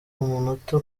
umunota